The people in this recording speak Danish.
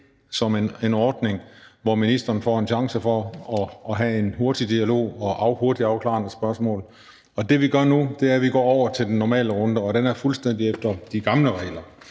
som en ordning, hvor ministeren får en chance for at have en hurtig dialog og få et hurtigt afklarende spørgsmål. Det, vi gør nu, er, at vi går over til den normale runde, og den er fuldstændig efter de gamle regler.